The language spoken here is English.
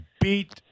beat